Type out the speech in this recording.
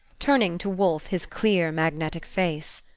turning to wolfe his clear, magnetic face.